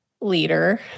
leader